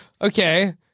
Okay